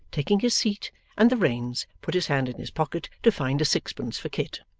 taking his seat and the reins, put his hand in his pocket to find a sixpence for kit.